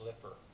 slipper